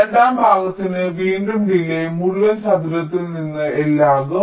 രണ്ടാം ഭാഗത്തിന് വീണ്ടും ഡിലേയ് മുഴുവൻ ചതുരത്തിൽ നിന്ന് L ആകും